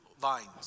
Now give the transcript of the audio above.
vines